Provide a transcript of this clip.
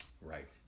Right